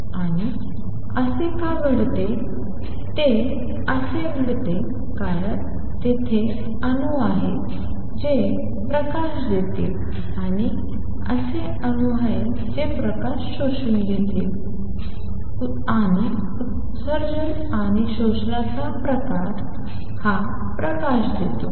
आणि असे का घडते ते असे घडते कारण तेथे अणू आहेत जे प्रकाश देतील आणि असे अणू आहेत जे प्रकाश शोषून घेतील आणि उत्सर्जन आणि शोषणाचा फरक हा प्रकाश देतो